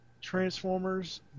Transformers